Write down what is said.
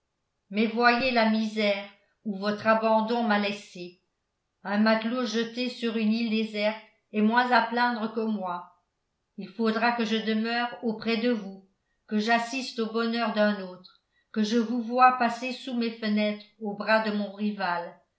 mais voyez la misère où votre abandon m'a laissé un matelot jeté sur une île déserte est moins à plaindre que moi il faudra que je demeure auprès de vous que j'assiste au bonheur d'un autre que je vous voie passer sous mes fenêtres au bras de mon rival